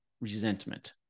resentment